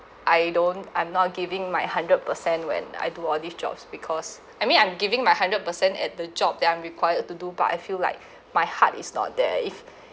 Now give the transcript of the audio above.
I don't I'm not giving my hundred percent when I do all these jobs because I mean I'm giving my hundred percent at the job that I'm required to do but I feel like my heart is not there if